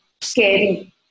scary